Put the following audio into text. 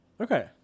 Okay